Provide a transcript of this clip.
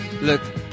look